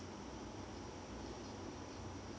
hi ah I think I think